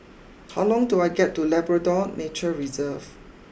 how long to I get to Labrador Nature Reserve